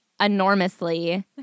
enormously